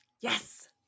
Yes